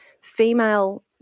female